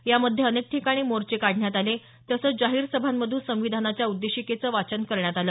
यामध्ये अनेक ठिकाणी मोर्चे काढण्यात आले तसंच जाहीर सभांमधून संविधानाच्या उद्देशिकेचं वाचन करण्यात आलं